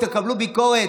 תקבלו ביקורת,